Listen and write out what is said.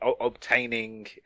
obtaining